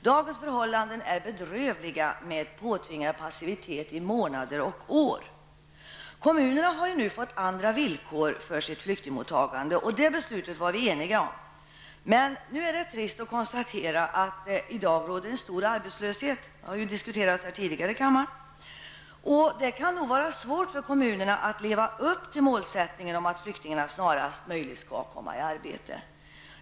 Dagens förhållanden är bedrövliga med påtvingad passivitet i månader och år. Kommunerna har nu fått andra villkor för sitt flyktingmottagande. Det beslutet var vi eniga om. Men det är trist att konstatera att det i dag råder stor arbetslöshet. Det har diskuterats tidigare här i kammaren. Det kan nog vara svårt för kommunerna att leva upp till målsättningen att flyktingarna snarast möjligt skall komma i arbete.